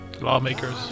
lawmakers